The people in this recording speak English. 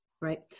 right